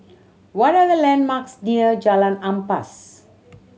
what are the landmarks near Jalan Ampas